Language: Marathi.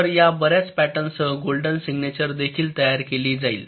तर या बर्याच पॅटर्न सह गोल्डन सिग्नेचर देखील तयार केली जाईल